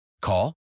Call